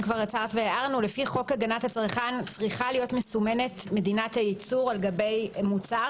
לפי חוק הגנת הצרכן צריכה להיות מסומנת מדינת הייצור על גבי מוצר